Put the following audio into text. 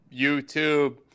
youtube